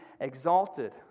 exalted